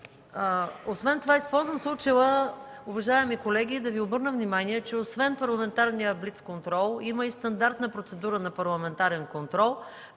минути. Използвам случая, уважаеми колеги, да Ви обърна внимание, че освен парламентарния блицконтрол има и стандартна процедура на парламентарен контрол,